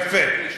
יפה,